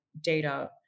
data